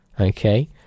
Okay